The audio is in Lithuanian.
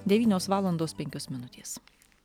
devynios valandos penkios minutės